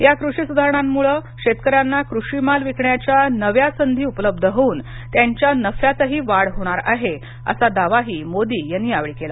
या कृषी सुधारणांमुळ शेतकऱ्यांना कृषी माल विकण्याच्या नव्या संधी उपलब्ध होऊन त्यांच्या नफ्यातही वाढ होणार आहे असा दावाही मोदी यांनी केला